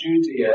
Judea